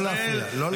לא להפריע, לא להפריע.